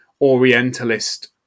orientalist